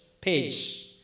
page